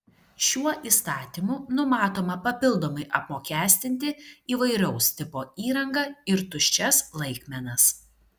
šiuo įstatymu numatoma papildomai apmokestinti įvairaus tipo įrangą ir tuščias laikmenas